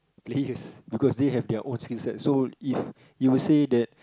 please because they have their own skill set so if you will say that